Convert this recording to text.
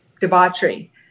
debauchery